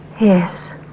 Yes